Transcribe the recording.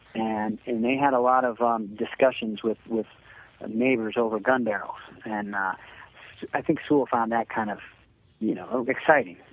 and and they and a lot of um discussions with with neighbors over gun barrels and i think sewall found that kind of you know exciting.